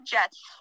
Jets